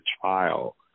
trial